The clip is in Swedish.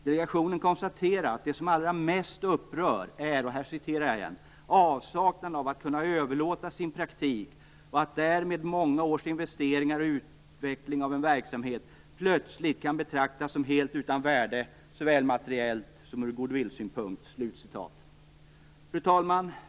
Delegationen konstaterar att det som allra mest upprör är "avsaknaden av att kunna överlåta sin praktik och att därmed många års investeringar och utveckling av en verksamhet plötsligt kan betraktas som helt utan värde såväl materiellt som ur goodwillsynpunkt". Fru talman!